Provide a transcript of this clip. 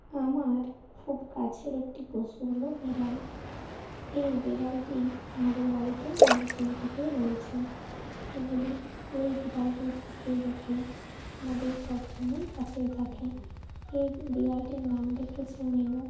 আমার খুব কাছের একটি পশু হলো বেড়াল এই বেড়ালটি আমাদের বাড়িতে অনেক দিন থেকেই রয়েছে এগুলি এই বিড়ালটি সুখে দুখে আমাদের সব সময় কাছেই থাকে এই বিড়ালটির নাম রেখেছি মিনু